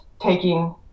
taking